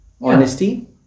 honesty